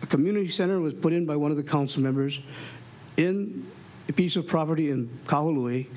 the community center was put in by one of the council members in the piece of property